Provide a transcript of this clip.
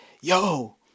yo